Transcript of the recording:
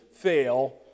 fail